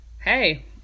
Hey